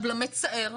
למצער,